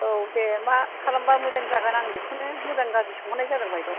औ दे मा खालामबा मोजां जागोन आं बेखौनो मोजां गाज्रि सोंहरनाय जादों बायद'